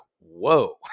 Whoa